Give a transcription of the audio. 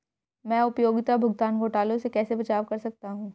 मैं उपयोगिता भुगतान घोटालों से कैसे बचाव कर सकता हूँ?